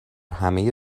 همه